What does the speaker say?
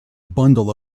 bundle